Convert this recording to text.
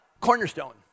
Cornerstone